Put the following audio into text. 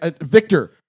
Victor